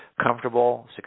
comfortable